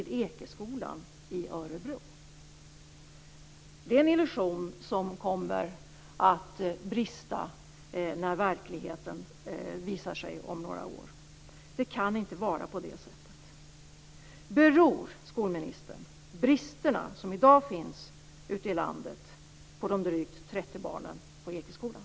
Det är en illusion som kommer att brista när verkligheten visar sig om några år. Det kan inte vara på det sättet. Beror bristerna, skolministern, som i dag finns ute i landet på de drygt 30 barnen vid Ekeskolan?